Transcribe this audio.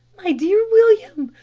my dear william,